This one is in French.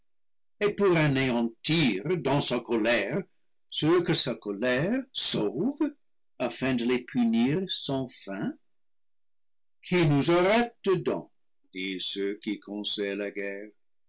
et pour anéantir dans sa colère ceux que sa colère sauve afin de les punir sans fin qui nous arrête donc disent ceux qui conseillent la guerre